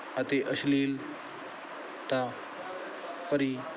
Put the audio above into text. ਅਤੇ ਅਸ਼ਲੀਲ ਤਾ ਭਰੀ